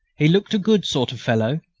he looked a good sort of fellow.